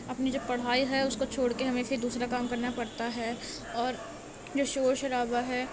اپنی جو پڑھائی ہے اس کو چھوڑ کے ہمیں پھر دوسرا کام کرنا پڑتا ہے اور جو شور شرابہ ہے